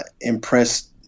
impressed